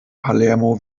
palermo